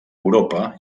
europa